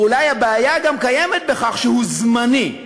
ואולי הבעיה היא בכך שהוא זמני,